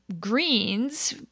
greens